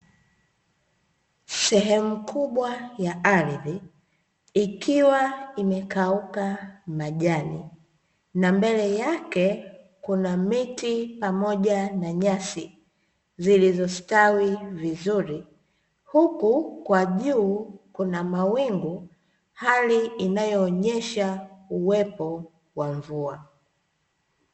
Sehemu kubwa ya ardhi, ikiwa imekauka majani na mbele yake kuna miti pamoja na nyasi zilizostawi vizuri, huku kwa juu kuna mawingu, hali inayoonyesha uwepo wa mvua.